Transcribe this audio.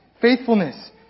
faithfulness